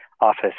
Office